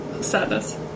sadness